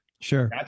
Sure